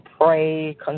pray